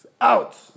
Out